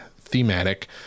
thematic